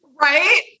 Right